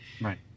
Right